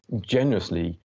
generously